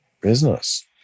Business